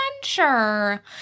adventure